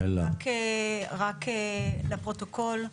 רק לפרוטוקול,